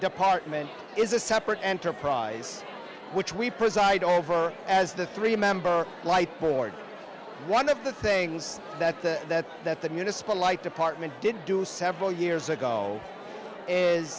department is a separate enterprise which we preside over as the three member light board one of the things that the that the municipal like department did do several years ago